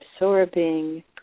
absorbing